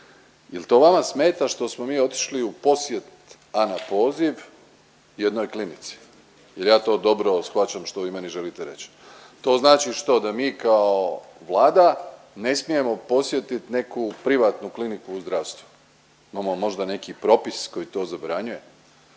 Jel to vama smeta što smo mi otišli u posjet, a na poziv jednoj klinici? Jer ja to dobro shvaćam što vi meni želite reć? To znači što? Da mi kao vlada ne smijemo posjetit neku privatnu polikliniku u zdravstvu, imamo možda neki propis koji to zabranjuje?